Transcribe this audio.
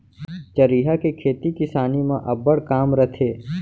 चरिहा के खेती किसानी म अब्बड़ काम रथे